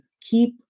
Keep